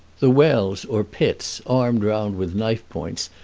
the wells or pits, armed round with knife points,